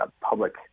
public